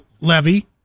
levy